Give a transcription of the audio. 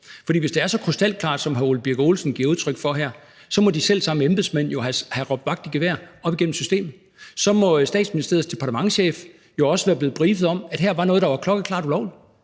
For hvis det er så krystalklart, som hr. Ole Birk Olesen giver udtryk for her, må de selv samme embedsmænd jo have råbt vagt i gevær op igennem systemet; så må Statsministeriets departementschef jo også være blevet briefet om, at der her var noget, der var klokkeklart ulovligt.